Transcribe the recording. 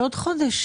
בעוד חודש.